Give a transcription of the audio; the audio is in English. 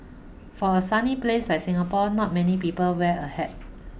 for a sunny place like Singapore not many people wear a hat